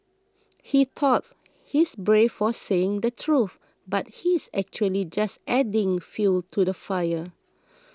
he thought he's brave for saying the truth but he's actually just adding fuel to the fire